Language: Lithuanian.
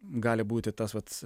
gali būti tas vat